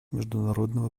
международного